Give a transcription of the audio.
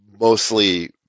mostly